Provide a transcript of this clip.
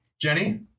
Jenny